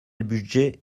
budget